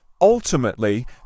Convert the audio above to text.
Ultimately